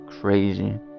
crazy